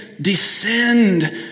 descend